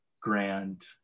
grand